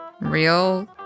Real